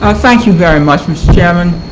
ah thank you very much, mr. chairman.